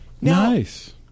Nice